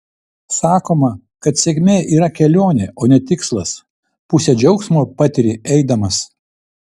sakoma kad sėkmė yra kelionė o ne tikslas pusę džiaugsmo patiri eidamas